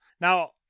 Now